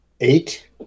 Eight